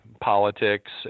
politics